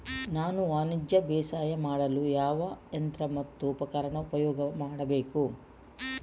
ನಾನು ವಾಣಿಜ್ಯ ಬೇಸಾಯ ಮಾಡಲು ಯಾವ ಯಂತ್ರ ಮತ್ತು ಉಪಕರಣ ಉಪಯೋಗ ಮಾಡಬೇಕು?